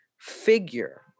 figure